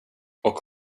och